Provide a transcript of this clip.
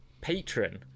patron